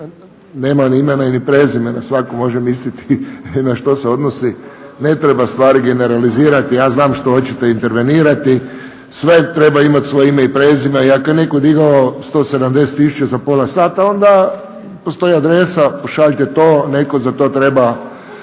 nema ni imena ni prezimena. Svatko može misliti na što se odnosi. Ne treba stvari generalizirati, ja znam što hoćete intervenirati. Sve treba imati svoje ime i prezime i ako je netko digao 170 tisuća za pola sata onda postoji adresa, pošaljite to, netko za to treba